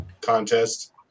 contest